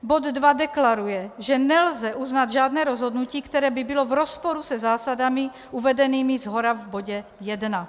Bod 2 deklaruje, že nelze uznat žádné rozhodnutí, které by bylo v rozporu se zásadami uvedenými shora v bodě 1.